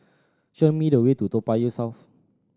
show me the way to Toa Payoh South